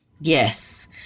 Yes